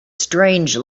strange